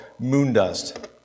Moondust